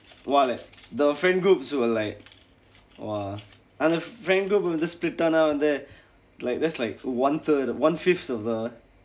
!wah! like the friend group also will like !wah! அந்த:andtha friend group வந்து:vanthu split ஆனா வந்து:aanaa vandthu like that's like one third one fifth of the